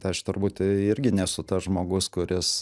aš turbūt irgi nesu tas žmogus kuris